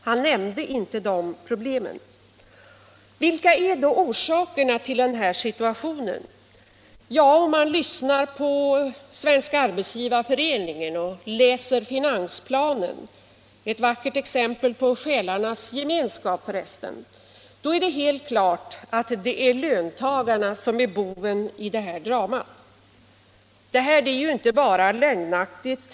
Han nämnde ingenting om dessa problem. Vilka är orsakerna till denna situation? Om man lyssnar på Svenska arbetsgivareföreningen och läser finansplanen — ett vackert exempel på själarnas gemenskap -— är det helt klart att det är löntagarna som är de verkliga bovarna i dramat. Det är inte bara lögnaktigt.